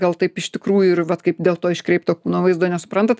gal taip iš tikrųjų ir vat kaip dėl to iškreipto vaizdo nesuprantat